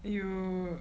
you